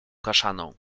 kaszaną